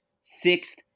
sixth